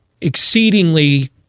exceedingly